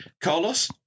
Carlos